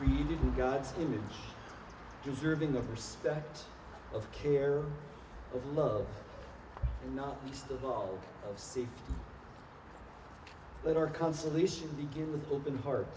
he didn't god's image deserving of respect of care of love and not just to see that our consolation begin with open heart